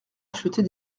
acheter